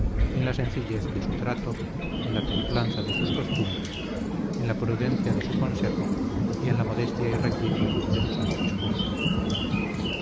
en la sencillez de su trato en la templanza de sus costumbres en la prudencia de su consejo y en la modestia y rectitud de su sano discurso